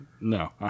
no